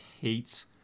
hates